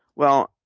well,